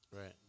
Right